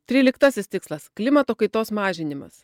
tryliktasis tikslas klimato kaitos mažinimas